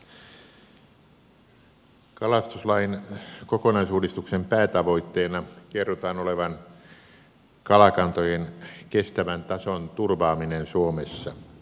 kalastuslain kokonaisuudistuksen päätavoitteena kerrotaan olevan kalakantojen kestävän tason turvaaminen suomessa